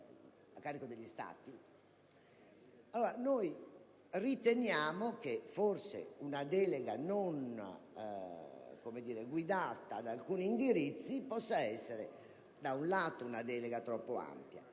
Noi riteniamo che forse una delega non guidata da alcuni indirizzi possa essere troppo ampia.